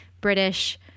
British